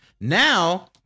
Now